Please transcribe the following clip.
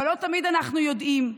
אבל לא תמיד אנחנו יודעים.